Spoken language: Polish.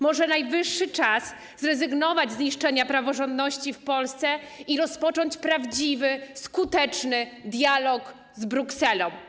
Może najwyższy czas zrezygnować z niszczenia praworządności w Polsce i rozpocząć prawdziwy, skuteczny dialog z Brukselą.